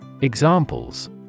Examples